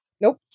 Nope